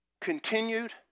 continued